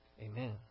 Amen